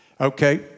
Okay